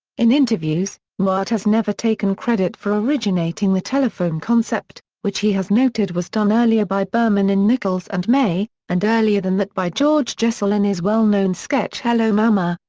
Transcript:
in interviews, newhart has never taken credit for originating the telephone concept, which he has noted was done earlier by berman and nichols and may, and earlier than that by george jessel in his well-known sketch hello mama,